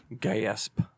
Gasp